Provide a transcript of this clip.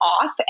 off